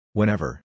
Whenever